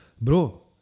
bro